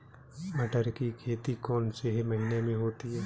मटर की खेती कौन से महीने में होती है?